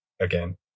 again